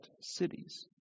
cities